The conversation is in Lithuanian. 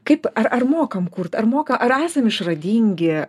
kaip ar ar mokam kurt ar moka ar esam išradingi